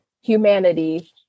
humanity